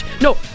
no